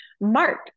mark